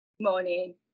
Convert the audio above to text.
morning